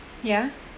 ya